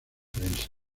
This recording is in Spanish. prensa